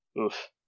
Oof